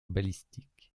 balistique